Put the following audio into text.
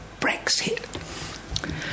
Brexit